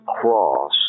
cross